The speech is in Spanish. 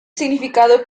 significado